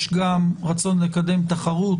יש גם רצון לקדם תחרות,